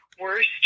Worst